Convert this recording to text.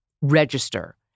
register